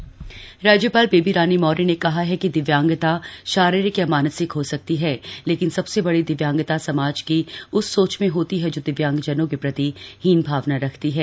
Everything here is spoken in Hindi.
दिव्यांग सम्मानित राज्यपाल बेबी रानी मौर्य ने कहा है कि दिव्यांगता शारीरिक या मानसिक हो सकती है लेकिन सबसे बड़ी दिव्यांगता समाज की उस सोच में होती है जो दिव्यांग जनों के प्रति हीन भाव रखती है